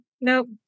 Nope